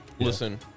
Listen